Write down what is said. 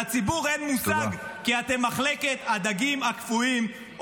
לציבור אין מושג, כי אתם מחלקת הדגים הקפואים.